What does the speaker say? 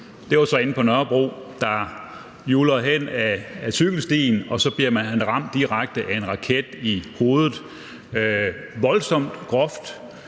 det var så inde på Nørrebro – der hjulede hen ad cykelstien og blev ramt direkte af en raket i hovedet. Voldsomt, groft,